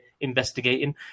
investigating